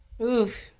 Oof